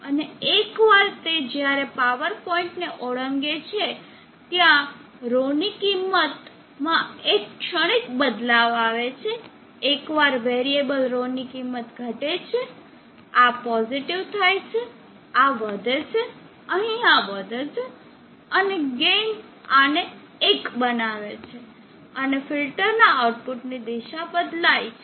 અને એકવાર તે જ્યારે પાવર પોઇન્ટને ઓળંગે છે ત્યાં ρ ની કિંમતમાં એક ક્ષણિક બદલાવ આવે છે એકવાર વેરીએબલ ρ ની કિંમત ઘટે છે આ પોઝિટીવ થાય છે આ વધે છે અહીં આ વધે છે અને ગેઇન આને 1 બનાવે છે અને ફિલ્ટરના આઉટપુટ દિશા બદલાય છે